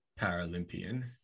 paralympian